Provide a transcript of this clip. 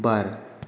बार